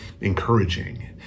encouraging